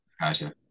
Gotcha